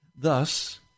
Thus